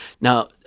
Now